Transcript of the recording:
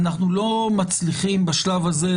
ואנחנו לא מצליחים בשלב הזה,